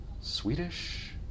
Swedish